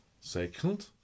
Second